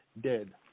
dead